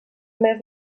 més